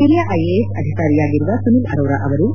ಹಿರಿಯ ಐಎಎಸ್ ಅಧಿಕಾರಿಯಾಗಿರುವ ಸುನಿಲ್ ಅರೋರ ಅವರು